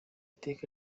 iteka